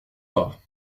pas